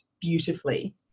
beautifully